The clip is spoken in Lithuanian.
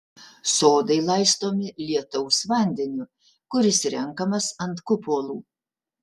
sodai laistomi lietaus vandeniu kuris renkamas ant kupolų